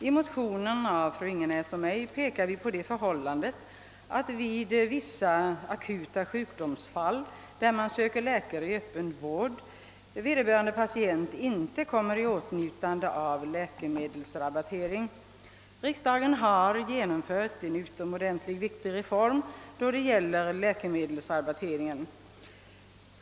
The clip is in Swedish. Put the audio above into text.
I motionen av fru Renström-Ingenäs och mig pekar vi på det förhållandet att vid vissa akuta sjukdomsfall, där man söker läkare i öppen vård, vederbörande patient inte kommer i åtnjutande av läkemedelsrabattering. Riksdagen har genomfört en utomordentligt viktig reform då det gäller läkemedelsrabatteringen.